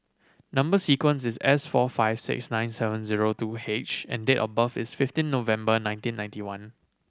number sequence is S four five six nine seven zero two H and date of birth is fifteen November nineteen ninety one